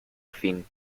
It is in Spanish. fin